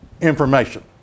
information